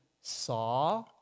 saw